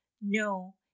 No